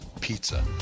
pizza